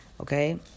Okay